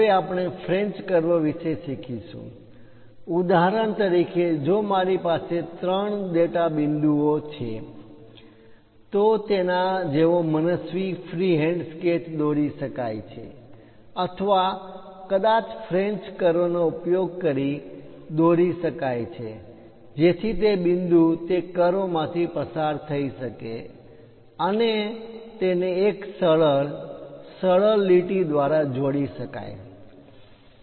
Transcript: હવે આપણે French curve વિશે શીખીશું ઉદાહરણ તરીકે જો મારી પાસે ત્રણ ડેટા બિંદુઓ પોઇન્ટ છે તો તેના જેવો મનસ્વી ફ્રી હેન્ડ સ્કેચ દોરી શકાય છે અથવા કદાચ ફ્રેન્ચ કર્વ નો ઉપયોગ કરી દોરી શકાય છે જેથી તે બિંદુ તે કર્વ માંથી પસાર થઈ શકે અને તેને એક સરસ સરળ લીટી દ્વારા જોડી શકાય